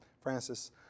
Francis